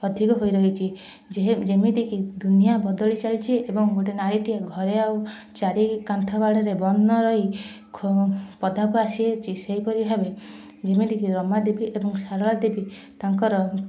ଅଧିକ ହୋଇରହିଛି ଯେହେ ଯେମିତିକି ଦୁନିଆ ବଦଳିଚାଲିଛି ଏବଂ ଗୋଟେ ନାରୀଟିଏ ଘରେ ଆଉ ଚାରି କାନ୍ଥ ବାଡ଼ରେ ବନ୍ଦ ନ ରହି ଖୋ ପଦାକୁ ଆସିଯାଇଛି ସେହିପରି ଭାବେ ଯେମିତିକି ରମାଦେବୀ ଏବଂ ସାରଳା ଦେବୀ ତାଙ୍କର